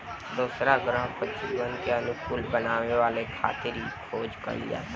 दोसरा ग्रह पर जीवन के अनुकूल बनावे खातिर इ खोज कईल जाता